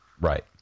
right